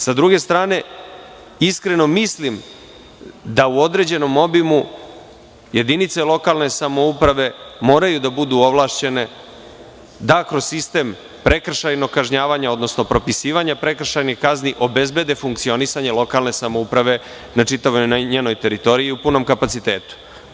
Sa druge strane, iskreno mislim da u određenom obimu jedinice lokalne samouprave moraju da budu ovlašćene da kroz sistem prekršajnog kažnjavanja, odnosno propisivanja prekršajnih kazni obezbede funkcionisanje lokalne samouprave na čitavoj njenoj teritoriji i u punom kapacitetu.